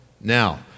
Now